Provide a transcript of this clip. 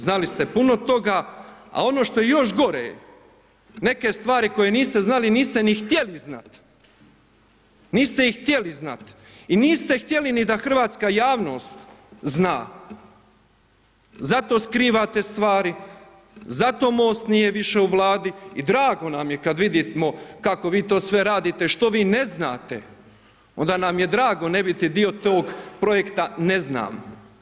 Znali ste puno toga, a ono što je još gore, neke stvari koje niste znali, niste ni htjeli znat, niste ni htjeli znat i niste htjeli ni da hrvatska javnost zna, zato skrivate stvari, zato Most više nije u Vladi i drago nam je kada vidimo kako vi to sve radite, što vi ne znate, onda nam je drago ne biti dio tog projekta ne znam.